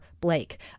Blake